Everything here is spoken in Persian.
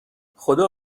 خدا